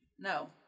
No